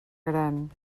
gran